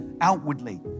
outwardly